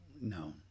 no